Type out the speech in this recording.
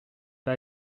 pas